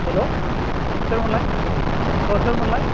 हेल' सोरमोनलाय अ सोरमोनलाय